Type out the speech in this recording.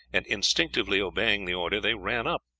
and, instinctively obeying the order, they ran up.